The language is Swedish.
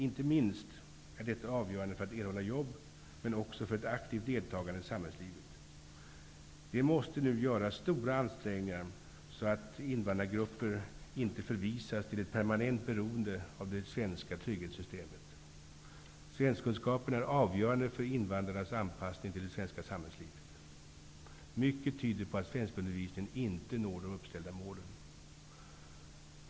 Inte minst är detta avgörande för att erhålla jobb men också för ett aktivt deltagande i samhällslivet. Det måste nu göras stora ansträngningar, så att invandrargrupper inte förvisas till ett permanent beroende av det svenska trygghetssystemet. Svenskkunskaperna är avgörande för invandrarnas anpassning till det svenska samhällslivet. Mycket tyder på att svenskundervisningen inte når de uppställda målen.